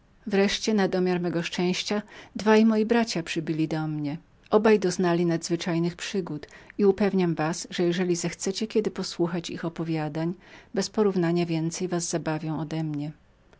wreszcie na domiar mego szczęścia dwaj moi bracia przybyli do mnie oba doznali nadzwyczajnych przygód i upewniam was że jeżeli zechcecie kiedy posłuchać ich opowiadań bezporównania więcej was zabawią odemnie